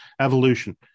evolution